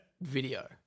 video